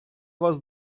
вас